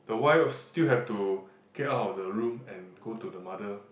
the wife still have to get out of the room and go to the mother